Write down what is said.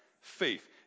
faith